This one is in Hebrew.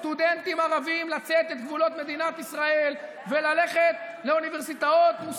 עכשיו לאותם סטודנטים ערבים שהולכים לחו"ל,